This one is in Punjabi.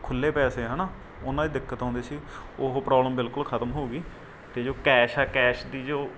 ਖੁੱਲੇ ਪੈਸੇ ਹੈ ਨਾ ਉਨ੍ਹਾਂ ਦੀ ਦਿੱਕਤ ਆਉਂਦੀ ਸੀ ਉਹ ਪ੍ਰੋਬਲਮ ਬਿਲਕੁਲ ਖ਼ਤਮ ਹੋ ਗਈ ਅਤੇ ਜੋ ਕੈਸ਼ ਆ ਕੈਸ਼ ਦੀ ਜੋ